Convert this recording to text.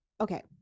okay